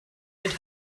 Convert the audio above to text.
mit